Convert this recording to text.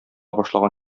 башлаган